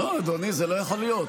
לא, אדוני, זה לא יכול להיות.